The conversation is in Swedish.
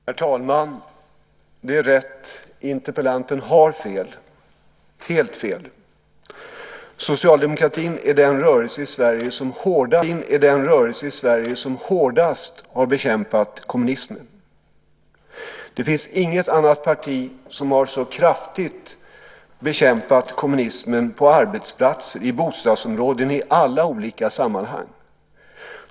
Herr talman! Det är rätt; interpellanten har helt fel. Socialdemokratin är den rörelse i Sverige som hårdast har bekämpat kommunismen. Det finns inget annat parti som så kraftigt har bekämpat kommunismen på arbetsplatser, i bostadsområden och i alla olika sammanhang.